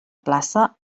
plaça